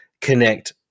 connect